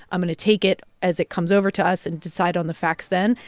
i'm going to take it as it comes over to us and decide on the facts then.